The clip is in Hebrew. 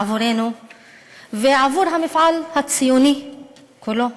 עבורנו ועבור המפעל הציוני כולו.